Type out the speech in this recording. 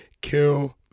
Kill